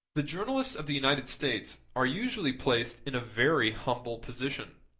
the journalists of the united states are usually placed in a very humble position,